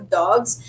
dogs